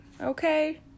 okay